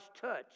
touch